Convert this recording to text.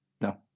No